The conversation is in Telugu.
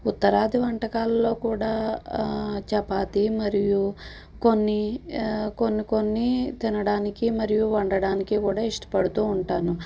ఉత్తరాది వంటకాలలో కూడా చపాతీ మరియు కొన్ని కొన్ని కొన్ని తినడానికి మరియు వండడానికి కూడా ఇష్టపడుతూ ఉంటాను